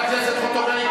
חברת הכנסת חוטובלי,